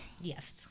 Yes